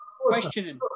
questioning